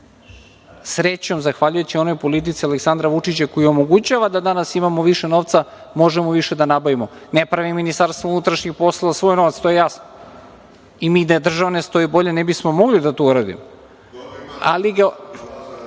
Srećom, zahvaljujući onoj politici Aleksandra Vučića, koji omogućava da danas imamo više novca, možemo više da nabavimo. Ne pravi MUP svoj novac, to je jasno, i mi da država ne stoji bolje, ne bismo mogli to da uradimo, ali